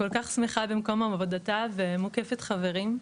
כל כך שמחה במקום עבודתה ומוקפת חברים.